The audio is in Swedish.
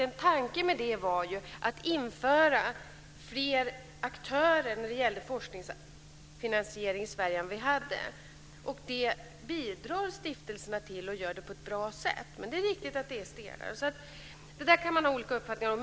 En tanke med det var ju att införa fler aktörer än vi hade i Sverige när det gällde forskningsfinansiering. Det bidrar stiftelserna till på ett bra sätt. Men det är riktigt att det är stelare. Detta kan man ha olika uppfattningar om.